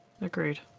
Agreed